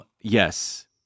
yes